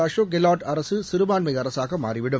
அசோக் கெலாட் அரசு சிறுபான்மை அரசாக மாறிவிடும்